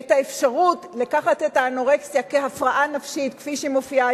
את האפשרות לקחת את האנורקסיה כהפרעה נפשית,